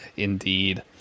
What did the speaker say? Indeed